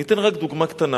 אני אתן רק דוגמה קטנה.